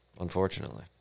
Unfortunately